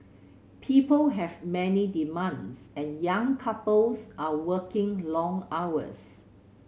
people have many demands and young couples are working long hours